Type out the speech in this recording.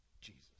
Jesus